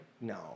No